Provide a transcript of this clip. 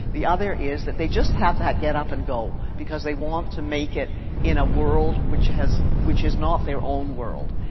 the other is that they just have that get up and go. because they want to make it in a world which has, which is not their own world.